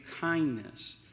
kindness